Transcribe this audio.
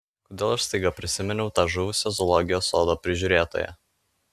kodėl aš staiga prisiminiau tą žuvusią zoologijos sodo prižiūrėtoją